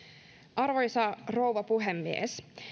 arvoisa rouva puhemies